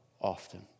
often